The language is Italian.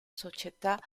società